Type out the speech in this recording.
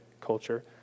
culture